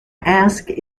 ask